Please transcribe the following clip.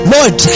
Lord